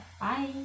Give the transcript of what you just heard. Bye